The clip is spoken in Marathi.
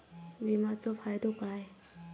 विमाचो फायदो काय?